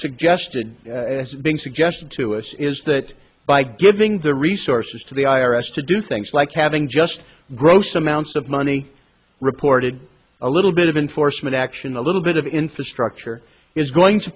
suggested as being suggested to us is that by giving the resources to the i r s to do things like having just gross amounts of money reported a little bit of unfortunate action a little bit of infrastructure is going to